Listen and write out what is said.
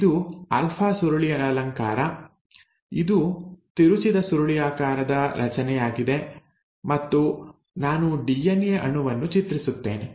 ಇದು ಆಲ್ಫಾ ಸುರುಳಿಯಲಂಕಾರ ಇದು ತಿರುಚಿದ ಸುರುಳಿಯಾಕಾರದ ರಚನೆಯಾಗಿದೆ ಮತ್ತು ನಾನು ಡಿಎನ್ಎ ಅಣುವನ್ನು ಚಿತ್ರಿಸುತ್ತೇನೆ